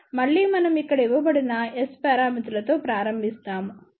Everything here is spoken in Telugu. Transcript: మళ్ళీ మనం ఇక్కడ ఇవ్వబడిన S పారామితులతో ప్రారంభిస్తాము